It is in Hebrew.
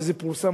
וזה גם פורסם,